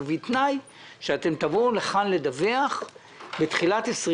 ובתנאי שאתם תבואו לכאן לדווח בתחילת שנת